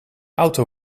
auto